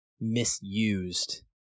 misused